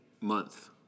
month